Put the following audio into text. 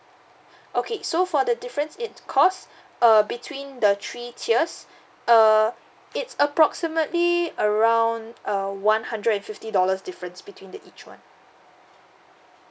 okay so for the difference it cost uh between the three tiers uh it's approximately around uh one hundred and fifty dollars difference between the each one